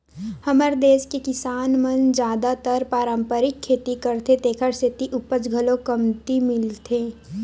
हमर देस के किसान मन जादातर पारंपरिक खेती करथे तेखर सेती उपज घलो कमती मिलथे